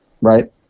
right